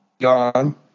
gone